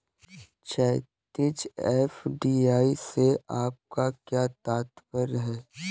क्षैतिज, एफ.डी.आई से आपका क्या तात्पर्य है?